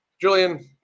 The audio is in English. Julian